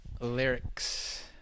lyrics